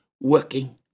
working